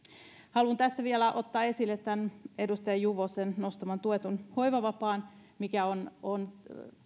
haluan tässä vielä ottaa esille tämän edustaja juvosen nostaman tuetun hoivavapaan mikä on